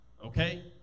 Okay